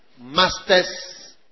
Masters